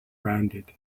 rounded